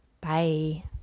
bye